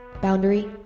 Boundary